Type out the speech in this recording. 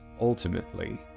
ultimately